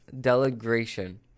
delegation